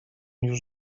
już